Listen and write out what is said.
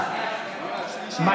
סגן רמטכ"ל, תגיד לי?